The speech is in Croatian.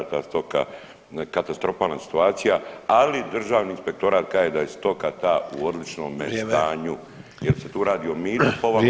Ta stoka katastrofalna situacija, ali Državni inspektorat kaže da je stoka ta u odličnome stanju [[Upadica Sanader: Vrijeme.]] jer se tu radi o … ili o čemu?